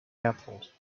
airport